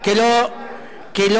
במקום ישראל אייכלר ובטעות הצביע נגד.